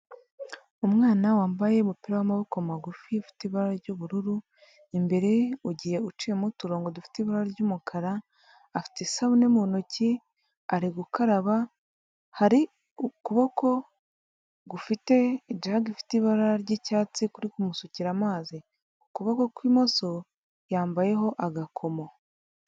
Umwana wambaye umupira w'amaboko magufi, ufite ibara ry'ubururu, imbere ugiye uciyemo uturongo, dufite ibara ry'umukara, afite isabune mu ntoki ari gukaraba, hari ukuboko gufite ijage ifite ibara ry'icyatsi kuri kumusukira amazi, ukuboko kw'imoso yambayeho agakomo.